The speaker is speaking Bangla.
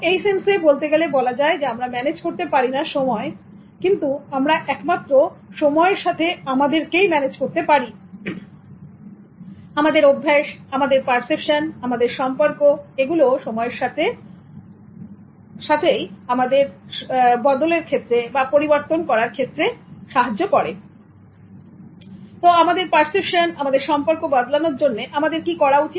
এই সেন্সে বলতে গেলে বলা যায় আমরা ম্যানেজ করতে পারিনা সময় কিন্তু আমরা একমাত্র সময়ের সাথে আমাদেরকে ম্যানেজ করতে পারি আমাদের অভ্যাস আমাদের পারসেপশন আমাদের সম্পর্ক এগুলো সময়ের সাথে আমাদের পার্সেপশন আমাদের সম্পর্ক বদলানোর জন্য আমাদের কি করা উচিত